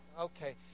okay